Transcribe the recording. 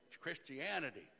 Christianity